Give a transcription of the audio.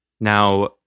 Now